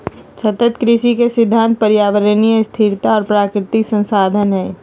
सतत कृषि के सिद्धांत पर्यावरणीय स्थिरता और प्राकृतिक संसाधन हइ